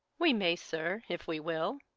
we may, sir, if we will.